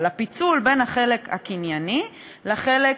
על הפיצול בין החלק הקנייני לחלק